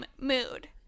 mood